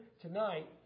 tonight